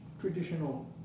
traditional